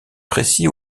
précis